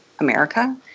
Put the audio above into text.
America